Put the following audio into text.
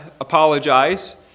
apologize